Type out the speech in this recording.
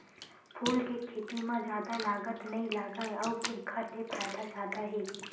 फूल के खेती म जादा लागत नइ लागय अउ एखर ले फायदा जादा हे